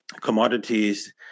commodities